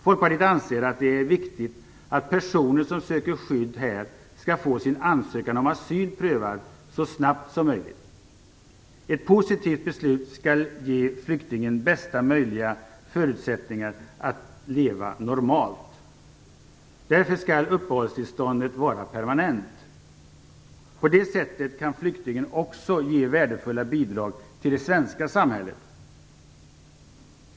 Folkpartiet anser att det är viktigt att personer som söker skydd här skall få sin ansökan om asyl prövad så snabbt som möjligt. Ett positivt beslut ger flyktingen bästa möjliga förutsättningar att leva normalt. Därför skall uppehållstillståndet vara permanent. På det sättet kan flyktingen också ge värdefulla bidrag till det svenska samhället.